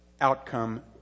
outcome